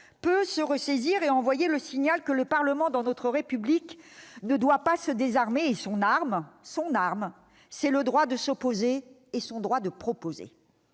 peut se ressaisir et envoyer le signal que le Parlement dans notre République ne doit pas se désarmer. Or son arme, c'est le droit de s'opposer et celui de proposer